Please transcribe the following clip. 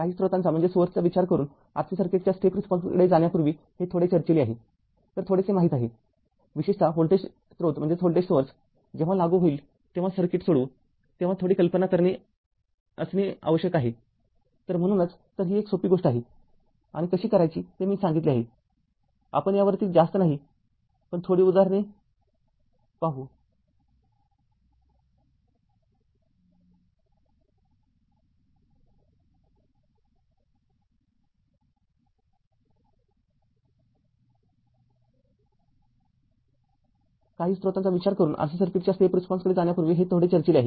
काही स्त्रोतांचा विचार करून RC सर्किटच्या स्टेप रिस्पॉन्सकडे जाण्यापूर्वी हे थोडे चर्चिले आहे